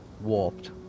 warped